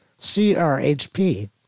CRHP